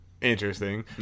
interesting